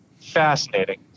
Fascinating